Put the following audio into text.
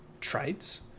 traits